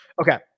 Okay